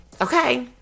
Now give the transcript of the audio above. Okay